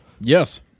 Yes